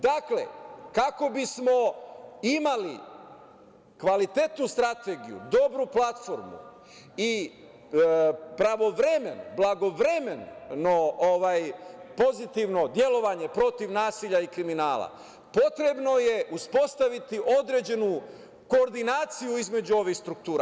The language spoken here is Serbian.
Dakle, kako bismo imali kvalitetnu strategiju, dobru platformu i pravovremeno, blagovremeno pozitivno delovanje protiv nasilja i kriminala, potrebno je uspostaviti određenu koordinaciju između ovih struktura.